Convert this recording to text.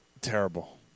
Terrible